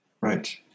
Right